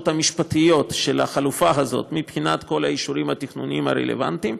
המשפטיות של החלופה הזאת מבחינת כל האישורים התכנוניים הרלוונטיים,